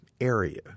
area